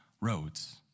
roads